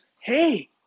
Hey